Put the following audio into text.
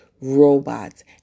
robots